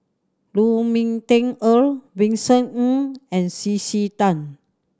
Lu Ming Teh Earl Vincent Ng and C C Tan